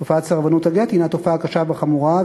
תופעת סרבנות הגט היא תופעה קשה וחמורה,